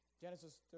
Genesis